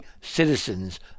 citizens